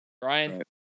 Brian